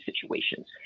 situations